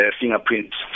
fingerprints